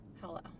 hello